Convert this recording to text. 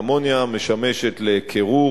האמוניה משמשת לקירור